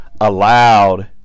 allowed